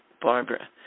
Barbara